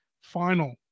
final